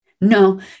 No